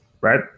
right